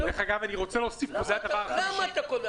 אני רוצה להוסיף פה זה הדבר החמישי ----- למה אתה קופץ?